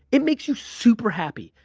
it makes you super happy.